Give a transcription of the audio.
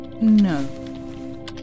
No